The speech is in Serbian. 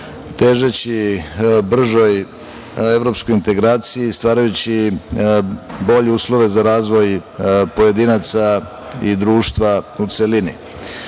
težeći bržoj evropskoj integraciji, stvarajući bolje uslove za razvoj pojedinaca i društva u celini. Danas